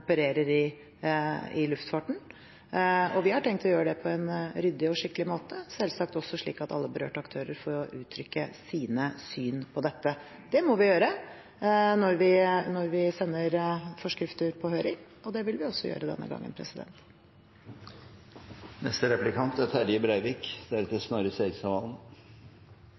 opererer i luftfarten. Vi har tenkt å gjøre det på en ryddig og skikkelig måte, selvsagt også slik at alle berørte aktører får uttrykke sine syn på dette. Det må vi gjøre når vi sender forskrifter på høring, og det vil vi også gjøre denne gangen.